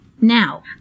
now